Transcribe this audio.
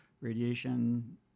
radiation